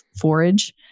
forage